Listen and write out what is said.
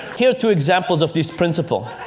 here are two examples of this principle.